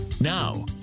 Now